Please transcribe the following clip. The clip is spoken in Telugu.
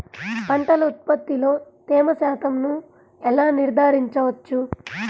పంటల ఉత్పత్తిలో తేమ శాతంను ఎలా నిర్ధారించవచ్చు?